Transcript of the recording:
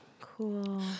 cool